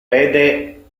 pede